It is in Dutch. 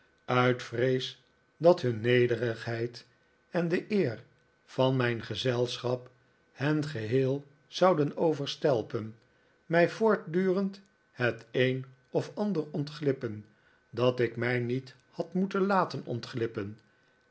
uit vrees dat hun nederigheid en de eer van mijn gezelschap hen geheel zouden overstelpen mij voortdurend het een of ander ontglippen dat ik mij niet had moeten laten ontglippen